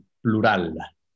plural